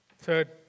Third